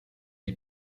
est